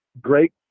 great